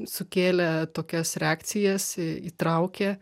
sukėlė tokias reakcijas i įtraukė